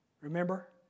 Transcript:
Remember